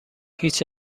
هیچ